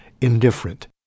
indifferent